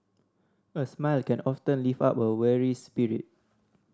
a smile can often lift up a weary spirit